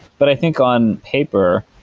but i think on paper,